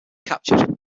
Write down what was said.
captured